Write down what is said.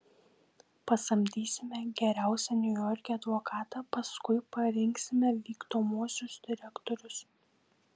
pasamdysime geriausią niujorke advokatą paskui parinksime vykdomuosius direktorius